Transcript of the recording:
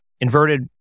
Inverted